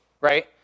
Right